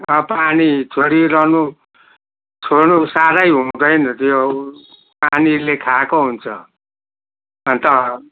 अब पानी छोडिरहनु छोड्नु साह्रै हुँदैन त्यो पानीले खाएको हुन्छ अन्त